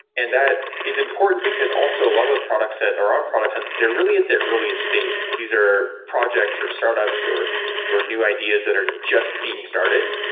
and that is important because also a lot of the products that are on product hunt, they're really at their early state. these are projects, or startups, or or new ideas that are just being started.